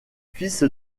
fils